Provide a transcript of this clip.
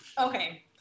Okay